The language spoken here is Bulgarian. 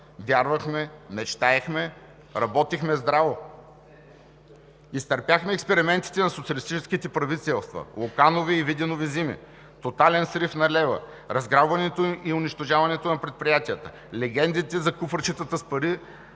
Вярвахме, мечтаехме, работихме здраво. Изтърпяхме експериментите на социалистическите правителства – Луканови и Виденови зими, тотален срив на лева, разграбването и унищожаването на предприятията, легендите за куфарчетата с пари,